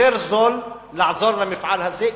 יותר זול לעזור למפעל הזה.